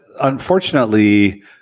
unfortunately